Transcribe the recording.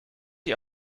ihr